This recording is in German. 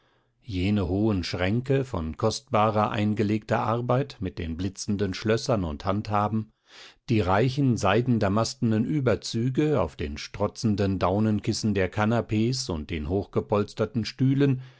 jene hohen schränke von kostbarer eingelegter arbeit mit den blitzenden schlössern und handhaben die reichen seidendamastenen ueberzüge auf den strotzenden daunenkissen der kanapees und den hochgepolsterten stühlen